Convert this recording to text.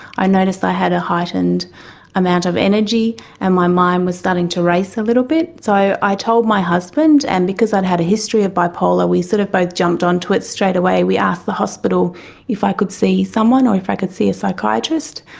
i noticed i had a heightened amount of energy and my mind was starting to race a little bit. so i told my husband, and because i'd had a history of bipolar we sort of both jumped onto it straight away, we asked the hospital if i could see someone or if i could see a psychiatrist.